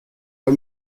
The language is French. vas